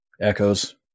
Echoes